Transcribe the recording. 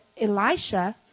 Elisha